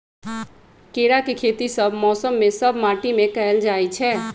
केराके खेती सभ मौसम में सभ माटि में कएल जाइ छै